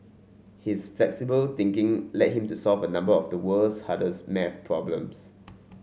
his flexible thinking led him to solve a number of the world's hardest math problems